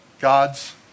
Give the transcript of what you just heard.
God's